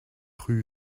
rue